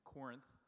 Corinth